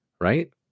right